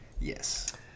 Yes